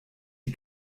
die